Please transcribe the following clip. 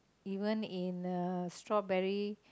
even in a strawberry